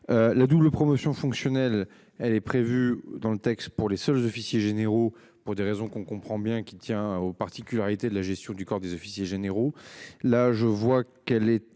La double promotion fonctionnelle. Elle est prévue dans le texte pour les seuls officiers généraux, pour des raisons qu'on comprend bien qu'il tient aux particularités de la gestion du corps des officiers généraux là je vois qu'elle est